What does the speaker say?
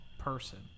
person